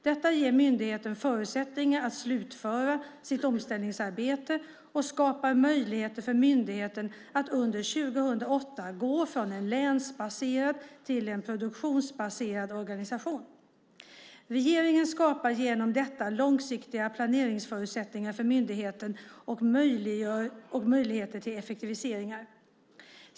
Detta ger myndigheten förutsättningar att slutföra sitt omställningsarbete och skapar möjligheter för myndigheten att under 2008 gå från en länsbaserad till en produktionsbaserad organisation. Regeringen skapar genom detta långsiktiga planeringsförutsättningar för myndigheten och möjligheter till effektiviseringar.